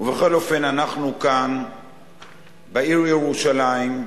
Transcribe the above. ובכל אופן אנחנו כאן בעיר ירושלים,